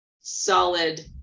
solid